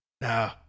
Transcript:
No